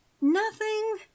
Nothing